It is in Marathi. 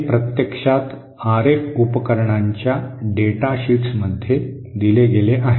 हे प्रत्यक्षात आरएफ उपकरणांच्या डेटाशीट्समध्ये दिले गेले आहे